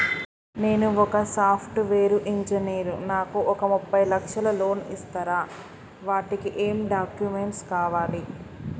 నేను ఒక software engineer నాకు ఒక ముప్పై లక్షల లోన్ ఇస్తరా? వాటికి ఏం డాక్యుమెంట్స్ కావాలి?